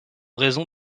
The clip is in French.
raison